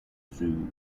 zoo